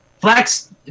Flex